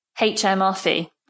hmrc